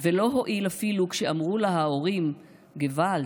/ ולא הועיל אפילו כשאמרו לה ההורים: / 'געוואלד,